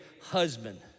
husband